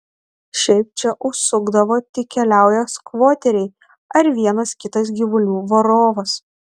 šiaip čia užsukdavo tik keliaują skvoteriai ar vienas kitas gyvulių varovas